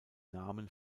namen